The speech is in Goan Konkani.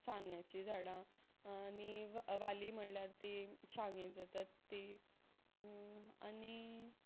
सांग्याची झाडां आनी वाली म्हणल्यार ती शांगे जातात ती आनी